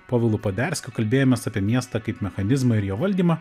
povilu poderskiu kalbėjomės apie miestą kaip mechanizmą ir jo valdymą